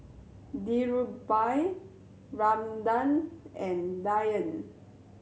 Dhirubhai Ramanand and Dhyan